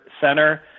center